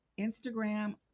Instagram